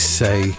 say